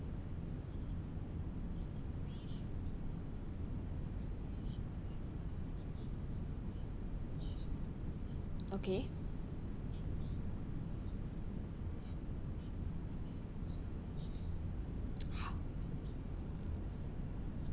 okay